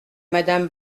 madame